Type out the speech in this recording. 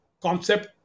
concept